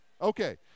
Okay